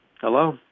Hello